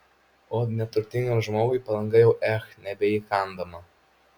o neturtingam žmogui palanga jau ech nebeįkandama